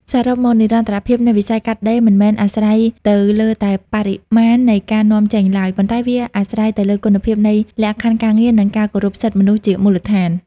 សរុបមក និរន្តរភាពនៃវិស័យកាត់ដេរមិនមែនអាស្រ័យទៅលើតែបរិមាណនៃការនាំចេញឡើយ ប៉ុន្តែវាអាស្រ័យទៅលើគុណភាពនៃលក្ខខណ្ឌការងារ និងការគោរពសិទ្ធិមនុស្សជាមូលដ្ឋាន។